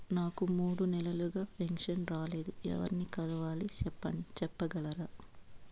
నాకు మూడు నెలలుగా పెన్షన్ రాలేదు ఎవర్ని కలవాలి సెప్పగలరా?